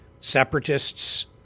separatists